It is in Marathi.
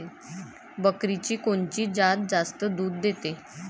बकरीची कोनची जात जास्त दूध देते?